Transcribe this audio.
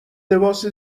لباس